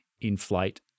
inflate